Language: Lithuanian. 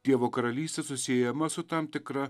dievo karalystė susiejama su tam tikra